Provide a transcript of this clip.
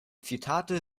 zitate